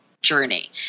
journey